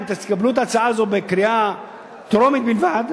אם תקבלו את ההצעה הזאת בקריאה טרומית בלבד,